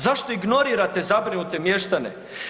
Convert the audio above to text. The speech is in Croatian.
Zašto ignorirate zabrinute mještane?